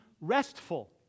restful